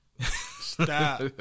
Stop